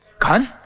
khan.